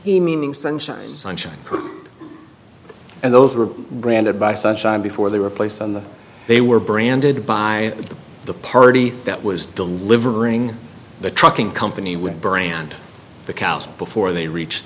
he meaning sunshine sunshine and those were granted by such time before they were placed on the they were branded by the party that was delivering the trucking company with brand the cows before they reach